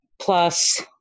plus